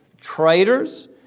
traitors